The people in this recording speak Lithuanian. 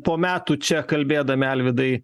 po metų čia kalbėdami alvydai